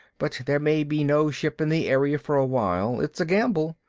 but there may be no ship in the area for awhile. it's a gamble.